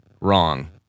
wrong